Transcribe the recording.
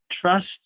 Trust